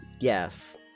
yes